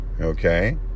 okay